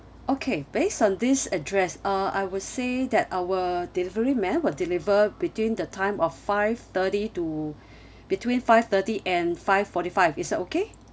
okay based on this address uh I would say that our delivery man will deliver between the time of five thirty to between five thirty and five forty five is that okay